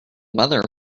weather